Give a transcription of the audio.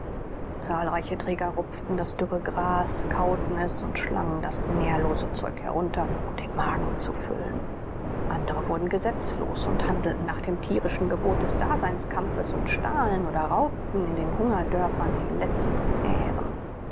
zahlreiche träger rupften das dürre gras kauten es und schlangen das nährlose zeug herunter um den magen zu füllen andere wurden gesetzlos und handelten nach dem tierischen gebot des daseinskampfes und stahlen oder raubten in den hungerdörfern die letzten ähren